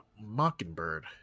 Mockingbird